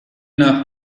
nach